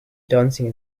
dancing